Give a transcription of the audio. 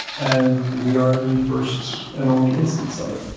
and we are the first and only instance of it.